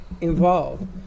involved